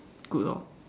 good lor